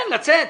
כן, לצאת.